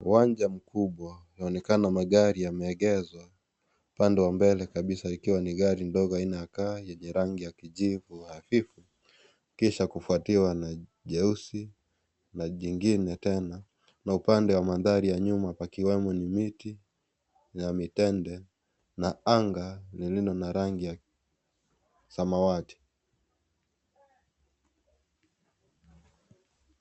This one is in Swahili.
Uwanja mkubwa unaonekana magari yameegheshwa upande wa mbele kabisa ikiwa ni gari ndogo laina ya car nyenye rangi ya kijivu hafifu kisha kufuatiwa na nyeusi na jingine ten na upande wa nyuma pakiwamo ni miti ya mitende na anga lililo na rangi ya samawati.